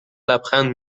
لبخند